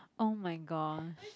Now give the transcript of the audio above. oh my gosh